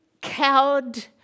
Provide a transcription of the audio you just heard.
Cowed